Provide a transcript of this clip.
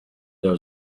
there